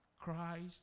Christ